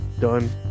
done